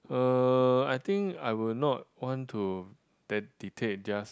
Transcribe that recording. uh I think I would not want to dictate just